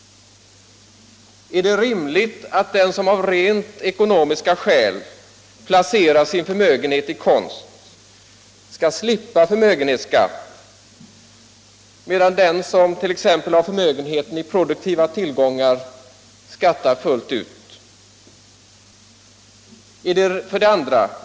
Är det rimligt att den som av rent ekonomiska skäl placerar sin förmögenhet i konst skall slippa förmögenhetsskatt medan den som t.ex. har förmögenheten i produktiva tillgångar skattar fullt ut? 2.